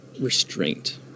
restraint